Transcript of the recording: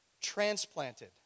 transplanted